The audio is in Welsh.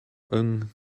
yng